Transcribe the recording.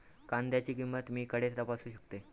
कांद्याची किंमत मी खडे तपासू शकतय?